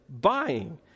buying